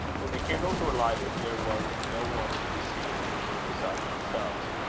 when the candles were lighted, there was no one to be seen in the room besides themselves.